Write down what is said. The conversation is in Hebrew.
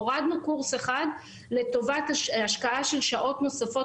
הורדנו קורס אחד לטובת השקעה של שעות נוספות